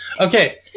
okay